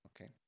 Okay